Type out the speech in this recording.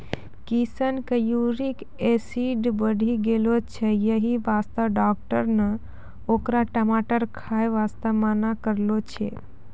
किशन के uric acid बढ़ी गेलो छै यही वास्तॅ डाक्टर नॅ होकरा टमाटर खाय वास्तॅ मना करनॅ छै